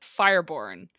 Fireborn